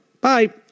Bye